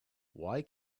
why